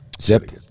Zip